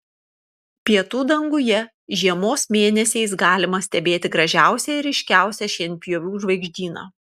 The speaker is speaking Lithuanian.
pietų danguje žiemos mėnesiais galima stebėti gražiausią ir ryškiausią šienpjovių žvaigždyną